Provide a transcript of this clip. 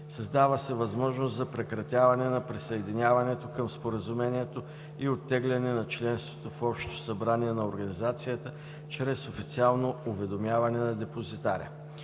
Създава се възможност за прекратяване на присъединяването към споразумението и оттегляне на членството в Общото събрание на организацията чрез официално уведомяване на депозитаря.